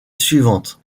suivante